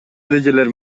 эрежелер